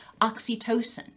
oxytocin